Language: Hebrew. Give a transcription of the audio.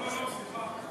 לא, לא, לא, סליחה.